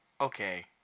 Okay